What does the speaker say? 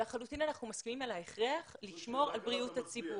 לחלוטין אנחנו מסכימים על ההכרח לשמור על בריאות הציבור,